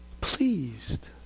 pleased